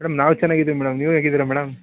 madam ನಾವು ಚೆನ್ನಾಗಿದೀವಿ madam ನೀವು ಹೇಗಿದ್ದೀರ ಮೇಡಮ್